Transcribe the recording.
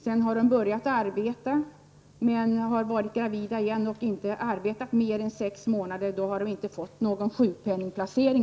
Sedan har de börjat arbeta och blivit gravida igen, men eftersom de inte arbetat sex månader har de inte fått någon sjukpenningplacering.